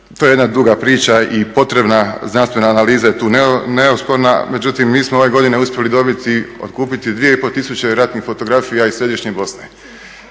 to je jedna duga priča i potrebna znanstvena analiza je tu neosporna, međutim mi smo ove godine uspjeli dobiti, otkupiti 2,5 tisuće ratnih fotografija iz središnje Bosne